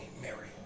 Mary